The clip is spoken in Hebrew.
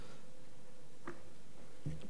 אדוני היושב-ראש, חברי הכנסת,